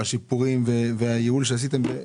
השיפורים והייעול שעשיתם,